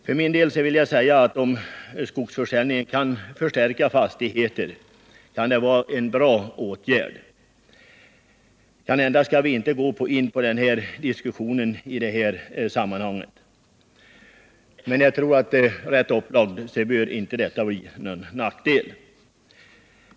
För min del vill jag säga att om skogsförsäljning kan förstärka fastigheter, kan det vara en bra åtgärd. Vi kanske inte skall gå in på den diskussionen i detta sammanhang, men jag tror att rätt upplagd bör en sådan försäljning inte innebära någon nackdel.